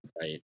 Right